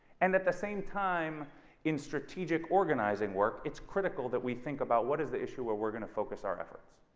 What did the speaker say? and at the same time in strategic organizing work it's critical that we think about what is the issue where we're going to focus our efforts.